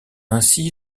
ainsi